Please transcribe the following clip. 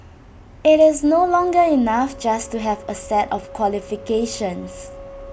as Singaporeans through and through I believe in the power of food